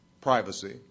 privacy